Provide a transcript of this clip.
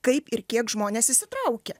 kaip ir kiek žmonės įsitraukia